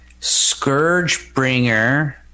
Scourgebringer